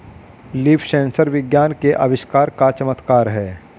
leaf sensor विज्ञान के आविष्कार का चमत्कार है